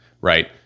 right